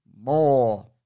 more